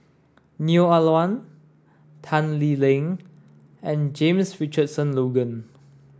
Neo Ah Luan Tan Lee Leng and James Richardson Logan